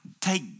take